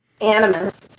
Animus